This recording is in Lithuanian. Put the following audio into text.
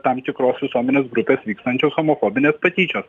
tam tikros visuomenės grupės vykstančios homofobinės patyčios